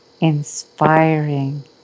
inspiring